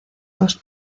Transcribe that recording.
dos